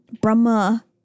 Brahma